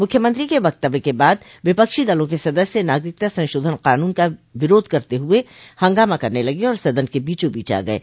मुख्यमंत्री के वक्तव्य के बाद विपक्षी दलों के सदस्य नागरिकता संशोधन कानून का विरोध करते हुए हंगामा करने लगे और सदन के बीचों बीच आ गये